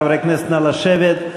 חברי הכנסת, נא לשבת.